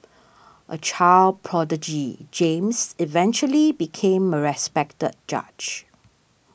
a child prodigy James eventually became a respected judge